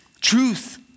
Truth